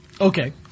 Okay